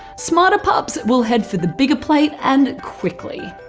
smarter pups will head for the bigger plate and quickly.